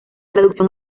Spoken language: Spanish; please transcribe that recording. traducción